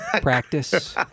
Practice